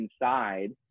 inside